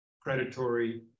predatory